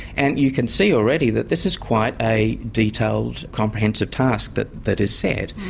and you can see already that this is quite a detailed, comprehensive task that that is set.